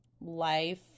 life